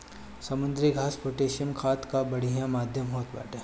समुद्री घास पोटैशियम खाद कअ बढ़िया माध्यम होत बाटे